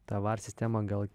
ta var sistema gal